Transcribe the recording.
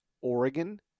Oregon